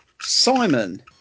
Simon